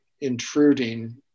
intruding